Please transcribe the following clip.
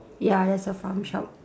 ya there's a farm shop